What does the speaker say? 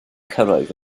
cyrraedd